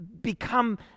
become